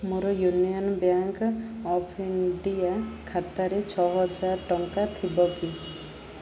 ମୋର Union Bank of India ଖାତାରେ ଛଅ ହଜାର ଟଙ୍କା ଥିବ କି